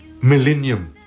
millennium